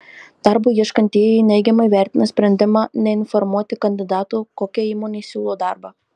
darbo ieškantieji neigiamai vertina sprendimą neinformuoti kandidatų kokia įmonė siūlo darbą